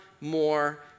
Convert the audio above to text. more